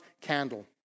candle